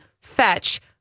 fetch